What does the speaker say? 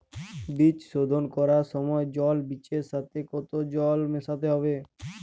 বীজ শোধন করার সময় জল বীজের সাথে কতো জল মেশাতে হবে?